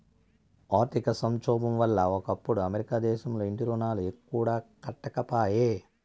ఆర్థిక సంక్షోబం వల్ల ఒకప్పుడు అమెరికా దేశంల ఇంటి రుణాలు కూడా కట్టకపాయే